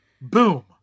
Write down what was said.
boom